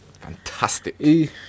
Fantastic